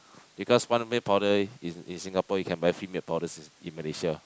because one milk powder in in Singapore you can buy three milk powder in in Malaysia